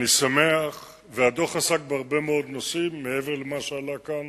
הדוח עסק בהרבה מאוד נושאים, מעבר למה שעלה כאן: